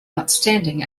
outstanding